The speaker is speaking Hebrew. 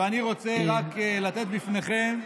ואני רוצה רק לתת בפניכם,